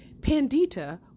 Pandita